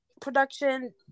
production